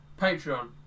Patreon